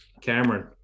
Cameron